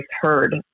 heard